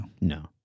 No